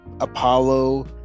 Apollo